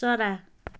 चरा